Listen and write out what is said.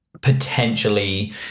potentially